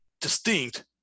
distinct